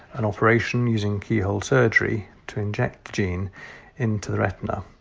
and operation using keyhole surgery to inject the gene into the retina.